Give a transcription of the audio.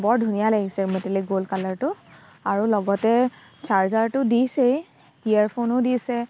বৰ ধুনীয়া লাগিছে মেটেলিক গ'ল্ড কালাৰটো আৰু লগতে চাৰ্জাৰটো দিছেই ইয়েৰ ফোনো দিছে